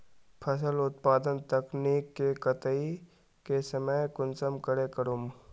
फसल उत्पादन तकनीक के कटाई के समय कुंसम करे करूम?